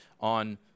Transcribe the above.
on